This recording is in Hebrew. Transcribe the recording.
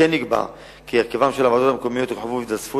כמו כן נקבע כי הרכבן של הוועדות המקומיות יורחב ויתווספו